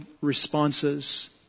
responses